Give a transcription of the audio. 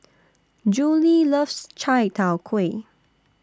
Julie loves Chai Tow Kway